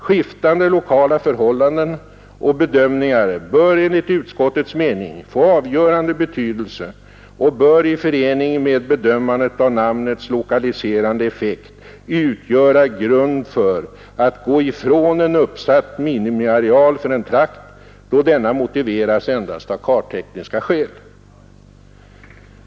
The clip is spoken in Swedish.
Skiftande lokala förhållanden och bedömningar bör enligt utskottets mening få avgörande betydelse och bör i förening med bedömanden av namnets lokaliserande effekt utgöra grund för att gå ifrån en uppsatt minimiareal för en trakt, då denna motiverats endast av karttekniska skäl.